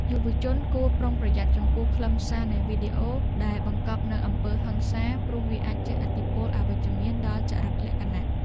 យុវជនគួរប្រុងប្រយ័ត្នចំពោះខ្លឹមសារនៃវីដេអូដែលបង្កប់នូវអំពើហិង្សាព្រោះវាអាចជះឥទ្ធិពលអវិជ្ជមានដល់ចរិតលក្ខណៈ។